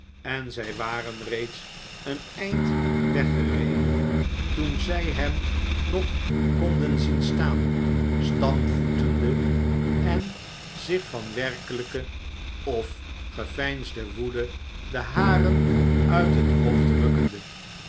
en zij waren reeds een eind weggereden toen zij eene teleurstelling hem nog konden zien slaan stampvoetende en zich van werkelijke of geveinsde woede de haren uit het hoofd rukkende